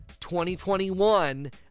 2021